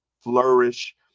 flourish